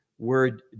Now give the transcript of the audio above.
word